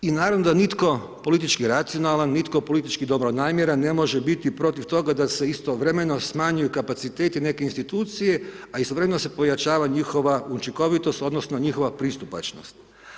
I naravno da nitko, politički racionalan, nitko politički dobronamjeran, ne može biti protiv toga da se istovremeno smanji kapaciteti neke institucije, a istovremeno se pojačava njihova učinkovitost, odnosno, njihova pristupačnost.